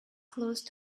close